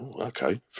okay